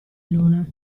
luna